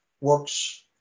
works